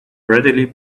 readily